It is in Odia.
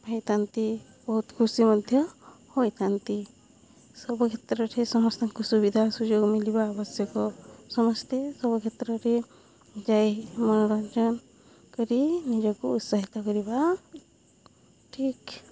ହେଇଥାନ୍ତି ବହୁତ ଖୁସି ମଧ୍ୟ ହୋଇଥାନ୍ତି ସବୁ କ୍ଷେତ୍ରରେ ସମସ୍ତଙ୍କୁ ସୁବିଧା ସୁଯୋଗ ମଳିବା ଆବଶ୍ୟକ ସମସ୍ତେ ସବୁ କ୍ଷେତ୍ରରେ ଯାଇ ମନୋରଞ୍ଜନ କରି ନିଜକୁ ଉତ୍ସାହିତ କରିବା ଠିକ୍